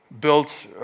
built